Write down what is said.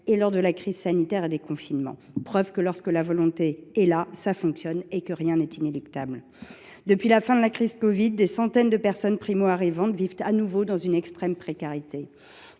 et lors de la crise sanitaire et des confinements. C’est la preuve que lorsque la volonté est là, cela fonctionne et que rien n’est inéluctable. Depuis la fin de la crise covid, des centaines de personnes primo arrivantes vivent de nouveau dans une extrême précarité.